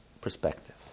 perspective